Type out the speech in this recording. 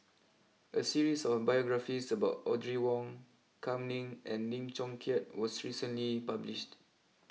a series of biographies about Audrey Wong Kam Ning and Lim Chong Keat was recently published